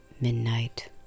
Midnight